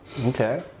Okay